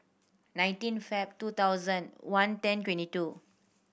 nineteen Feb two thousand one ten twenty two